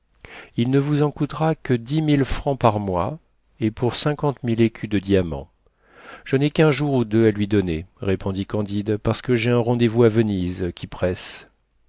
il ne vous en coûtera que dix mille francs par mois et pour cinquante mille écus de diamants je n'ai qu'un jour ou deux à lui donner répondit candide parceque j'ai un rendez-vous à venise qui presse